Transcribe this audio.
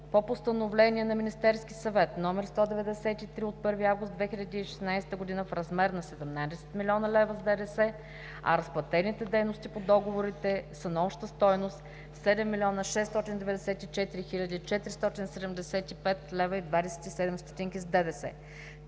по Постановление на Министерския съвет № 193 от 1 август 2016 г. са в размер на 17 млн. лв. с ДДС, а разплатените дейности по договорите са на обща стойност 7 млн. 694 хил. 475,27 лв. с ДДС.